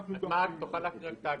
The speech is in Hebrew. תקריאו את ההגדרה.